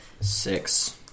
Six